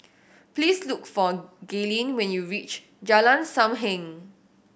please look for Gaylene when you reach Jalan Sam Heng